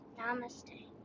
Namaste